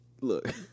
Look